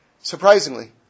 surprisingly